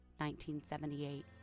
1978